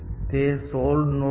તે solved node છે